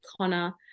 Connor